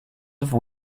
have